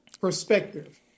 perspective